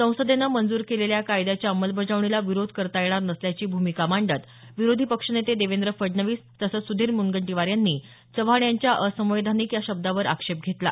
संसदेनं मंजूर केलेल्या या कायद्याच्या अंमलबजावणीला विरोध करता येणार नसल्याची भूमिका मांडत विरोधी पक्षनेते देवेंद्र फडणवीस तसंच सुधीर मूनगंटीवार यांनी चव्हाण यांच्या असंवैधानिक या शब्दावर आक्षेप घेतला